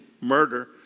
murder